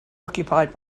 occupied